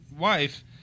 wife